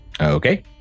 Okay